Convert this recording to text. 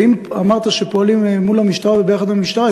ואם אמרת שפועלים מול המשטרה וביחד עם המשטרה,